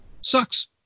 sucks